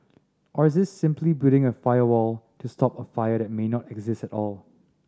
or is this simply building a firewall to stop a fire that may not exist at all